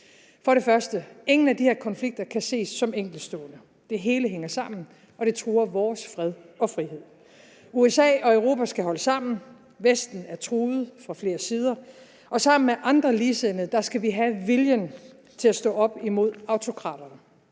For det første kan ingen af de her konflikter ses som enkeltstående. Det hele hænger sammen, og det truer vores fred og frihed. For det andet skal USA og Europa holde sammen. Vesten er truet fra flere sider, og sammen med andre ligestillede skal vi have viljen til at stå op imod autokraterne.